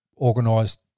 Organised